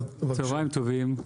טוב, צוהריים טובים.